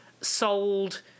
sold